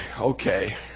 okay